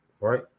right